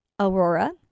Aurora